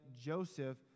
Joseph